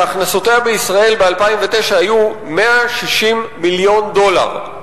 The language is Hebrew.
שהכנסותיה בישראל ב-2009 היו 160 מיליון דולר.